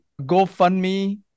GoFundMe